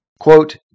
Quote